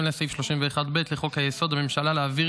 2. בהתאם לסעיף 31(ב) לחוק-יסוד: הממשלה, להעביר